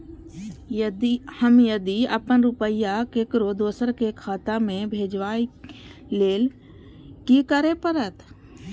हम यदि अपन रुपया ककरो दोसर के खाता में भेजबाक लेल कि करै परत?